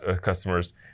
customers